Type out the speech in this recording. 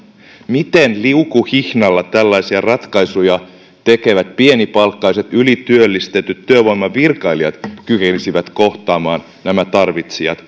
miten liukuhihnalla tällaisia ratkaisuja tekevät pienipalkkaiset ylityöllistetyt työvoimavirkailijat kykenisivät kohtaamaan nämä tarvitsijat